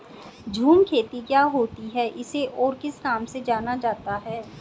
झूम खेती क्या होती है इसे और किस नाम से जाना जाता है?